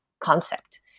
concept